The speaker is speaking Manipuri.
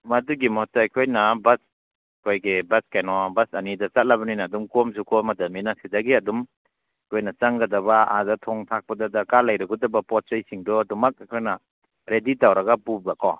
ꯃꯗꯨꯒꯤ ꯃꯍꯨꯠꯇ ꯑꯩꯈꯣꯏꯅ ꯕꯁ ꯑꯩꯈꯣꯏꯒꯤ ꯕꯁ ꯀꯩꯅꯣ ꯕꯁ ꯑꯅꯤꯗ ꯆꯠꯂꯕꯅꯤꯅ ꯑꯗꯨꯝ ꯀꯣꯝꯖꯨ ꯀꯣꯝꯃꯗꯕꯅꯤꯅ ꯁꯤꯗꯒꯤ ꯑꯗꯨꯝ ꯑꯩꯈꯣꯏꯅ ꯆꯪꯒꯗꯕ ꯑꯥꯗ ꯊꯣꯡ ꯊꯥꯛꯄꯗ ꯗꯔꯀꯥꯔ ꯂꯩꯔꯨꯒꯗꯕ ꯄꯣꯠ ꯆꯩꯁꯤꯡꯗꯣ ꯑꯗꯨꯃꯛ ꯑꯩꯈꯣꯏꯅ ꯔꯦꯗꯤ ꯇꯧꯔꯒ ꯄꯨꯕ ꯀꯣ